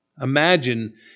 imagine